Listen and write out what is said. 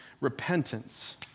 repentance